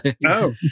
No